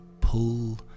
pull